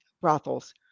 brothels